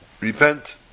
Repent